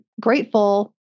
grateful